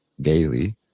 daily